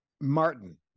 Martin